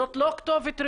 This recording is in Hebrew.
זאת לא כתובת ראויה.